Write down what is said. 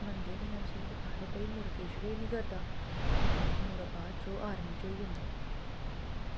मनदे गै निं उसी की भई मुड़ा किश बी निं करदा ते मुड़ा बाद च ओह् आर्मी च होई जंदा